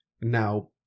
Now